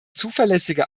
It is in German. zuverlässige